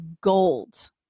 gold